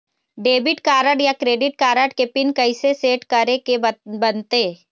Debit card या credit card के pin कइसे सेट करे के बनते?